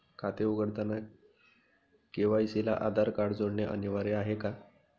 खाते उघडताना के.वाय.सी ला आधार कार्ड जोडणे अनिवार्य आहे का?